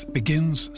begins